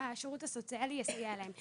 שהשירות הסוציאלי יסייע להם.